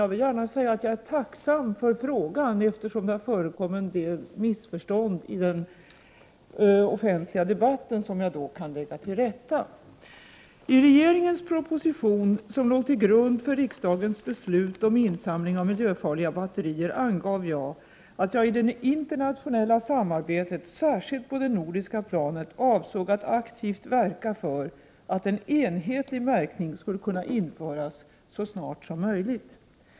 Jag är tacksam över att frågan har ställts, eftersom det i den offentliga debatten har förekommit en del missförstånd som jag nu kan lägga till rätta. I regeringens proposition som låg till grund för riksdagens beslut om insamling av miljöfarliga batterier angav jag att jag i det internationella samarbetet, särskilt på det nordiska planet, avsåg att aktivt verka för att en enhetlig märkning skulle kunna införas så snart som möjligt.